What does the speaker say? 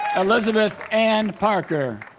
elizabeth ann parker